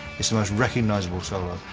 it's the most recognisable solo.